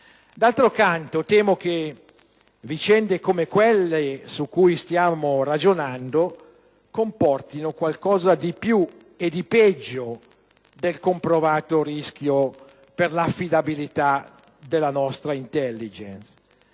D'altro canto, temo che vicende come quelle su cui stiamo ragionando comportino qualcosa di più e di peggio del comprovato rischio per l'affidabilità della nostra *intelligence*.